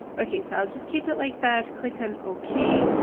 okay, so i'll just keep it like that. click on ok.